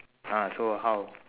ah so how